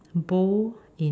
bold in